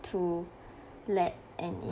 to let any